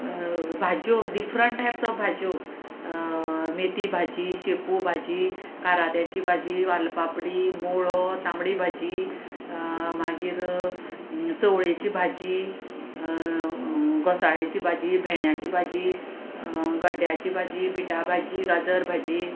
भाजयो different types of भाज्यो मेथी भाजी शेपू भाजी कारात्यांची भाजी वालपापडी मुळो तांबडी भाजी मागीर चवळेची भाजी घोसाळ्यांची भाजी भेंड्याची भाजी गड्ड्याची भाजी बिटा भाजी गाजर भाजी